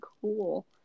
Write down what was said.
cool